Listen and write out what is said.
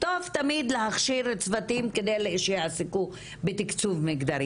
טוב תמיד להכשיר צוותים כדי שיעסקו בתקצוב מגדרי